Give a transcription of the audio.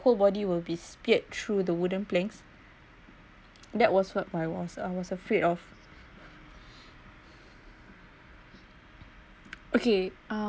full body will be sphered through the wooden planks that was what I was I was afraid of okay um